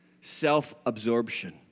self-absorption